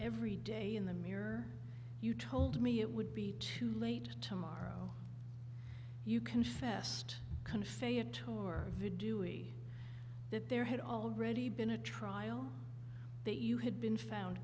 every day in the mirror you told me it would be too late to morrow you confessed vid doing that there had already been a trial that you had been found